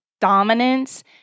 dominance